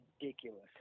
ridiculous